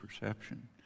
perception